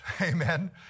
Amen